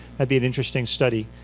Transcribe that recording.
ah be an interesting study.